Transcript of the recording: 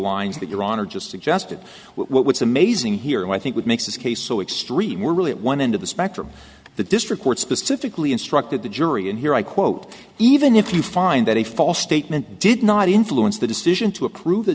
lines that your honor just suggested what's amazing here and i think what makes this case so extreme we're really at one end of the spectrum the district court specifically instructed the jury and here i quote even if you find that a false statement did not influence the decision to approve the